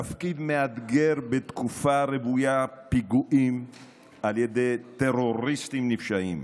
תפקיד מאתגר בתקופה רוויית פיגועים על ידי טרוריסטים נפשעים.